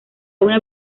una